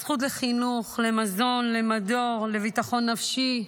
הזכות לחינוך, למזון, למדור, לביטחון נפשי,